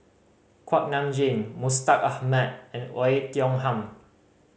Kuak Nam Jin Mustaq Ahmad and Oei Tiong Ham